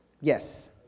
Yes